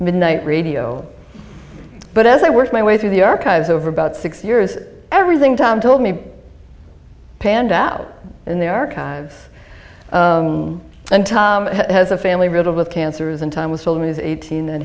midnight radio but as i worked my way through the archives over about six years everything tom told me panned out in the archives and has a family riddled with cancers and time with children is eighteen and